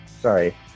Sorry